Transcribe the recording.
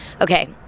okay